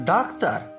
Doctor